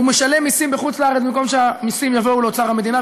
הוא משלם מיסים בחוץ לארץ במקום שהמיסים יגיעו לאוצר המדינה,